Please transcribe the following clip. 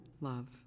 love